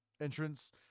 entrance